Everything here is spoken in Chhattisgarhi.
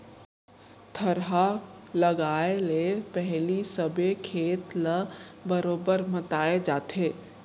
थरहा लगाए ले पहिली सबे खेत ल बरोबर मताए जाथे